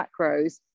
macros